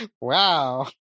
Wow